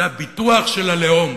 זה הביטוח של הלאום.